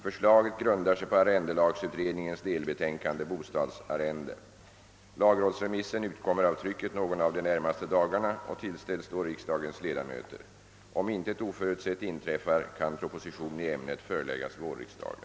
Förslaget grundar sig på arrendelagsutredningens delbetänkande Bostadsarrende m.m. Lagrådsremissen utkommer av trycket någon av de närmaste dagarna och tillställs då riksdagens ledamöter. Om intet oförutsett inträffar kan proposition i ämnet föreläggas vårriksdagen.